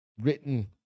written